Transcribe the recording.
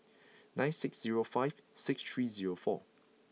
nine six zero five six three zero four